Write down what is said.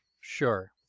Sure